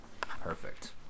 perfect